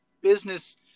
business